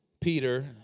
Peter